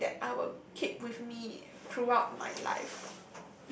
something that I will keep with me throughout my life